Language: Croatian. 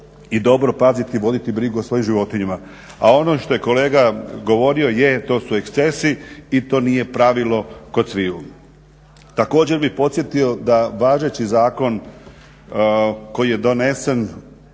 i dobro paziti i voditi brigu o svojim životinjama. A ono što je kolega govorio je to su ekscesi i to nije pravilo kod sviju. Također bih podsjetio da važeći zakon koji je donesen